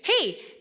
hey